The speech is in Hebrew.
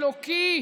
אלוקי.